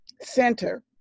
Center